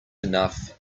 enough